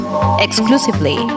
exclusively